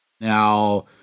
Now